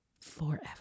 forever